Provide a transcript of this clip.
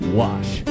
wash